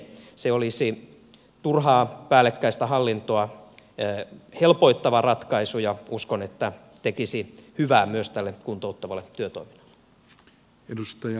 se olisi turhaa päällekkäistä hallintoa helpottava ratkaisu ja uskon että tekisi hyvää myös tälle kuntouttavalle työtoiminnalle